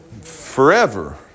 forever